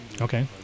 Okay